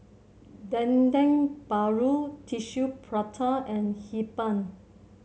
Dendeng Paru Tissue Prata and Hee Pan